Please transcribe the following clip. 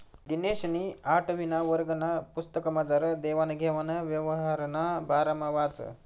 दिनेशनी आठवीना वर्गना पुस्तकमझार देवान घेवान यवहारना बारामा वाचं